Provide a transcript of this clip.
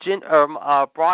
Brock